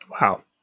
Wow